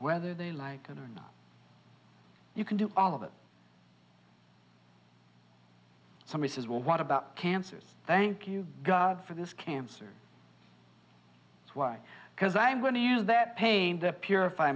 whether they like it or not you can do all of that somebody says well what about cancers thank you god for this cancer why because i'm going to use that pain that purify